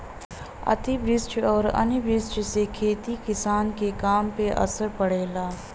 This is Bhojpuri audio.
अतिवृष्टि अउरी अनावृष्टि से खेती किसानी के काम पे असर पड़ेला